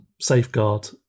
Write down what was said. safeguard